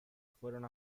fueron